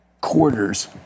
quarters